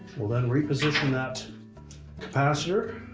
we'll then reposition that capacitor.